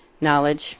knowledge